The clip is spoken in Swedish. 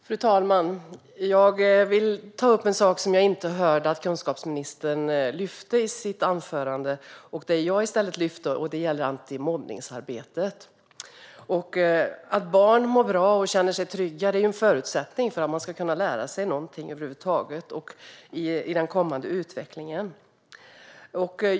Fru talman! Jag vill ta upp en sak som jag inte hörde att kunskapsministern tog upp i sitt anförande och som jag i stället lyfte fram. Det gäller antimobbningsarbetet. Att barn mår bra och känner sig trygga är en förutsättning för att de ska kunna lära sig någonting över huvud taget i skolan och för den kommande utvecklingen.